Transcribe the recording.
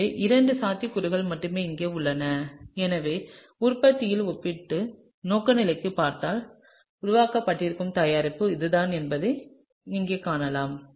எனவே இரண்டு சாத்தியக்கூறுகள் மட்டுமே இங்கே உள்ளன எனவே உற்பத்தியின் ஒப்பீட்டு நோக்குநிலையைப் பார்த்தால் உருவாக்கப்படவிருக்கும் தயாரிப்பு இதுதான் என்பதை இங்கே காணலாம்